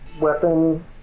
weapon